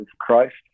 Christ